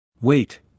Wait